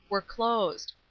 were closed.